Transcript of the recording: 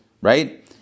right